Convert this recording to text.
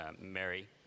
Mary